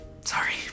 sorry